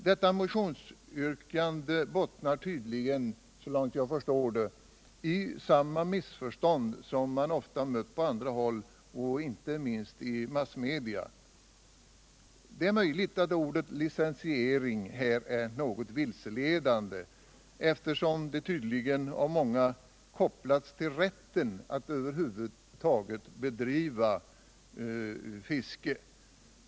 Detta motionsyrkande bottnar tydligen, så långt jag förstår det, i samma missförstånd som man ofta mött på andra håll och inte minst i massmedia. Det är möjligt att ordet licensiering här är något vilseledande, eftersom det uppenbarligen av många kopplats till rätten att över huvud taget bedriva fiske.